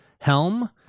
helm